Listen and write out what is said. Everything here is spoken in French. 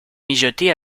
mijoter